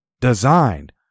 Designed